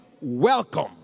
welcome